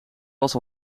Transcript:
was